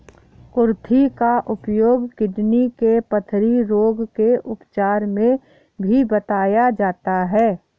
कुर्थी का उपयोग किडनी के पथरी रोग के उपचार में भी बताया जाता है